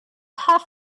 have